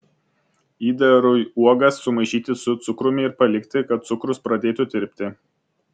įdarui uogas sumaišyti su cukrumi ir palikti kad cukrus pradėtų tirpti